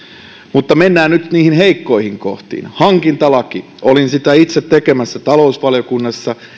mutta mennään nyt niihin heikkoihin kohtiin hankintalaki olin sitä itse tekemässä talousvaliokunnassa